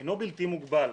אינו בלתי מוגבל,